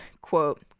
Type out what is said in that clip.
quote